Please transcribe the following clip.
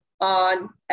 on